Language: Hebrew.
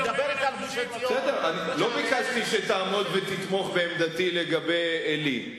בסדר, לא ביקשתי שתעמוד ותתמוך בעמדתי לגבי עלי.